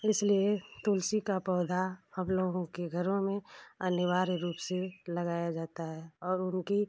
इसलिए तुलसी का पौधा हम लोगों के घरों में अनिवार्य रूप से लगाया जाता है और उनकी